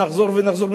נחזור ונחזור,